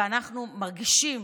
אנחנו מרגישים